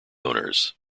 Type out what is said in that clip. owners